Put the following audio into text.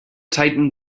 tightened